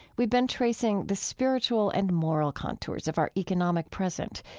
we've been tracing the spiritual and moral contours of our economic present,